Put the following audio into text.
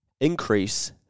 increase